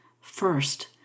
First